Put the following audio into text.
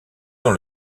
dans